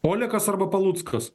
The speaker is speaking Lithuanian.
olekas arba paluckas